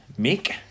Mick